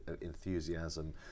enthusiasm